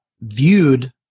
viewed